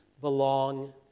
belong